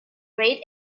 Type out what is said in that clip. rate